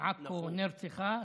מעכו נרצחה.